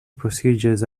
procedures